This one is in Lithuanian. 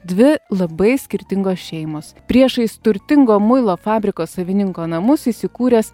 dvi labai skirtingos šeimos priešais turtingo muilo fabriko savininko namus įsikūręs